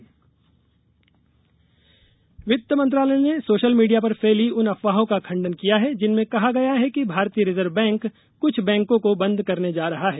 bank social media वित्त मंत्रालय ने सोशल मीडिया पर फैली उन अफवाहों का खंडन किया है जिनमें कहा गया है कि भारतीय रिजर्व बैंक कुछ बैंकों को बंद करने जा रहा है